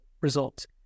results